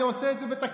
אני עושה את זה בתקנות,